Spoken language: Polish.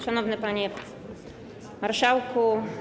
Szanowny Panie Marszałku!